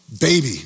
baby